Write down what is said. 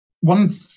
One